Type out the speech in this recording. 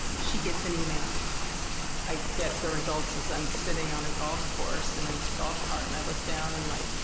she gets an email. algazi i get the results as i'm sitting on a golf course in a golf cart and i looked down and like,